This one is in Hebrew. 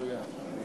את לא מציעה.